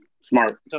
Smart